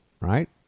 right